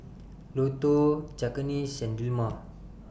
Lotto Cakenis and Dilmah